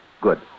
Good